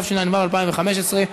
התשע"ו 2015,